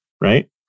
right